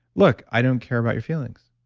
look, i don't care about your feelings.